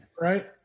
right